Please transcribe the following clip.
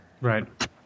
Right